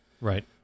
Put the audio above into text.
Right